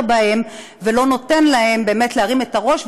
בהן ולא נותן להן באמת להרים את הראש,